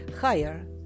higher